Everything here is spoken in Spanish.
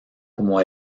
como